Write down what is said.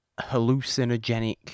hallucinogenic